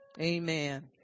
Amen